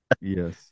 Yes